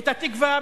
את "התקווה",